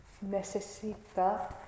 necesita